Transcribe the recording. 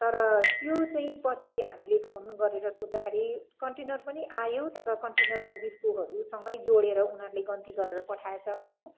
तर त्यो चाहिँ पछि हामीले फोन गरेर सोध्दाखेरि कन्टेनर पनि आयो तर कन्टेनरको बिर्कोहरूसँगै जोडेर उनीहरूले गन्ती गरेर पठाएछ हो